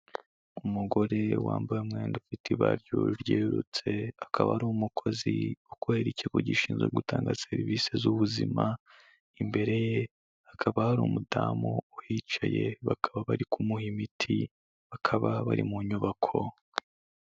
Umugore wambaye umwenda ufite ibara ryerurutse, akaba ari umukozi ukorera ikigo gishinzwe gutanga serivisi z'ubuzima. Imbere ye hakaba hari umudamu uhicaye, bakaba bari kumuha imiti. Bakaba bari mu nyubako.